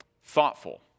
thoughtful